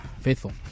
faithful